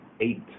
eight